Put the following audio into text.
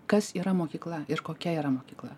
kas yra mokykla ir kokia yra mokykla